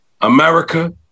America